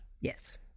Yes